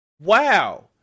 Wow